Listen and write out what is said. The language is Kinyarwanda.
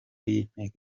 y’inteko